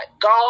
God